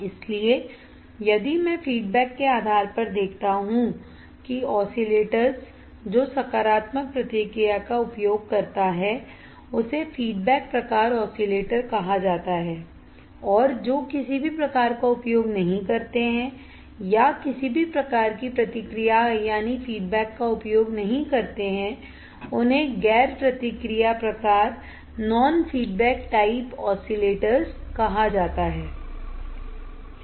इसलिए यदि मैं फीडबैक के आधार पर देखता हूं कि ऑसिलेटर्स जो सकारात्मक प्रतिक्रिया का उपयोग करता है उसे फीडबैक प्रकार ऑसिलेटर कहा जाता है और जो किसी भी प्रकार का उपयोग नहीं करते हैं या किसी भी प्रकार की प्रतिक्रिया का उपयोग नहीं करते हैं उन्हें गैर प्रतिक्रिया प्रकार ऑसिलेटर कहा जाता है